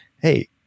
hey